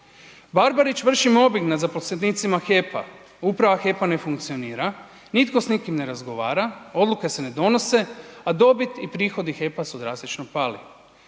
Barbarić vrši mobing nad zaposlenicima HEP-a, Uprava HEP-a ne funkcionira, nitko s nikim ne razgovara, odluke se ne donose a dobit i prihodi HEP-a su drastično pali.